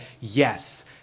yes